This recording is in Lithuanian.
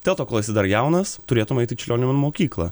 dėl to kol esi dar jaunas turėtum eit į čiurlionio menų mokyklą